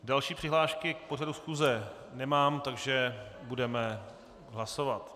Další přihlášky k pořadu schůze nemám, takže budeme hlasovat.